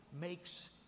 makes